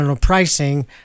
pricing